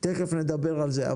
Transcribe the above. תיכף נדבר על זה.